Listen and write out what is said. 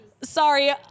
Sorry